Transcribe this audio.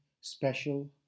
special